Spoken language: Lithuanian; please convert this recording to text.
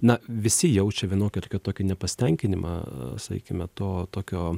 na visi jaučia vienokį ar kitokį nepasitenkinimą sakykime to tokio